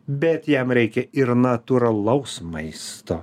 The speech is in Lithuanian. bet jam reikia ir natūralaus maisto